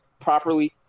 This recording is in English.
properly